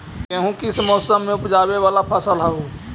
गेहूं किस मौसम में ऊपजावे वाला फसल हउ?